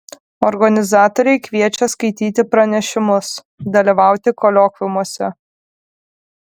organizatoriai kviečia skaityti pranešimus dalyvauti kolokviumuose